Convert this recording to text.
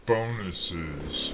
Bonuses